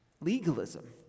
legalism